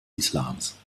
islams